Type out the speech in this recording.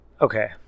Okay